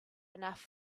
enough